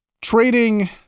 Trading